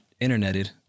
interneted